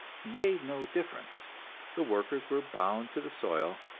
made no difference the workers were bound to the soil,